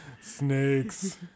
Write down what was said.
Snakes